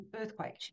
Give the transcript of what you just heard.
earthquake